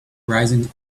rising